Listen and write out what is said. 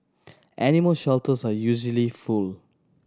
animal shelters are usually full